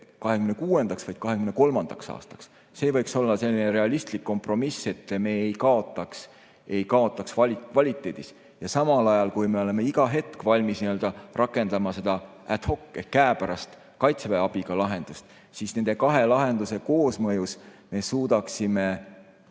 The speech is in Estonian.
2023. aastaks. See võiks olla selline realistlik kompromiss, et me ei kaotaks kvaliteedis. Ja samal ajal me oleme iga hetk valmis rakendama sedaad hocehk käepärast Kaitseväe abiga lahendust. Nende kahe lahenduse koosmõjus me suudaksime